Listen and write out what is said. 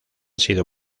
sido